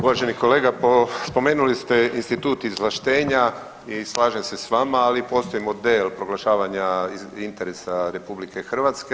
Uvaženi kolega spomenuli ste institut izvlaštenja i slažem se s vama, ali postoji model proglašavanja interesa RH.